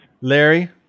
Larry